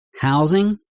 Housing